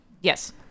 Yes